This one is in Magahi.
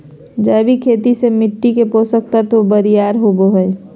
जैविक खेती से मिट्टी के पोषक तत्व बरियार होवो हय